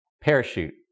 Parachute